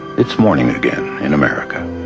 it's morning again in america.